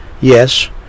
Yes